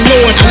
Lord